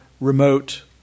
remote